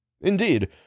Indeed